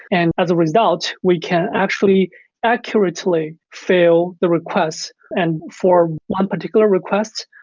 and as a result, we can actually accurately fail the request and for one particular request,